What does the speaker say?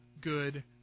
good